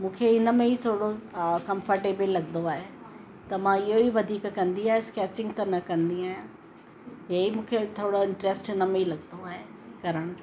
मूंखे इन में ई थोरो कंफ़र्टेबल लॻंदो आहे त मां इहो ई वधीक कंदी आहियां स्केचिंग त न कंदी आहियां हे ई मूंखे थोरो इंट्रेस्ट हिन में ई लॻंदो आहे करणु